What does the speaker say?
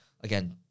again